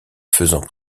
faisant